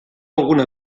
alguna